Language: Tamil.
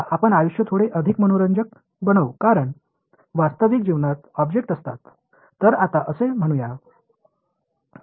இப்போது வாழ்க்கையை இன்னும் கொஞ்சம் சுவாரஸ்யமாக்குவோம் ஏனென்றால் நிஜ வாழ்க்கை பொருள்களை கொண்டிருக்கும்